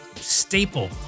staple